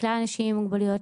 לכלל האנשים עם מוגבלויות,